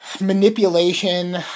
Manipulation